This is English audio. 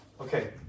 okay